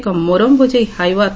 ଏକ ମୋରମ ବୋଝେଇ ହାଇଓ